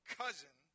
cousin